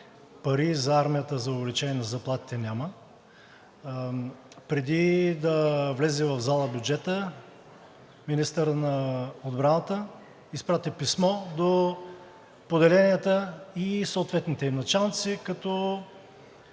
пари за армията за увеличение на заплатите няма. Преди да влезе в зала бюджетът, министърът на отбраната изпрати писмо до поделенията и съответните им началници, като